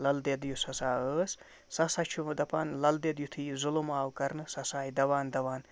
لَل دٮ۪د یُس ہسا ٲس سۄ ہسا چھِ وۄنۍ دَپان لَل دٮ۪د یُتھُے یہِ ظُلُم آو کرنہٕ سۄ ہسا آیہِ دَوان دَوان